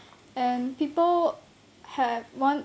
and people had want